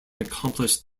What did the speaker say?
accomplished